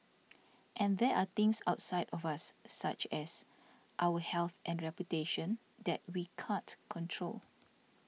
and there are things outside of us such as our health and reputation that we can't control